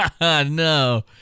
no